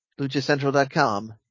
LuchaCentral.com